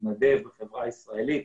להתנדב בחברה הישראלית.